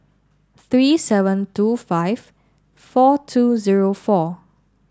three seven two five four two zero four